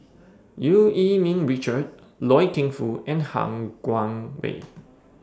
EU Yee Ming Richard Loy Keng Foo and Han Guangwei